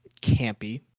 campy